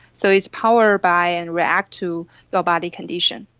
so it's powered by and reacts to your body condition.